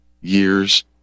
years